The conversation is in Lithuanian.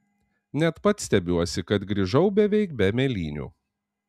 net pats stebiuosi kad grįžau beveik be mėlynių